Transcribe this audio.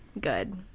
Good